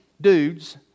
dudes